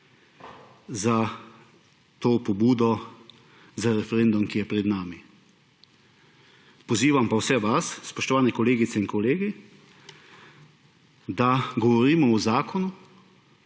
za to pobudo za referendum, ki je pred nami. Pozivam pa vse vas, spoštovani kolegice in kolegi, da govorimo o zakonu,